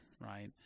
right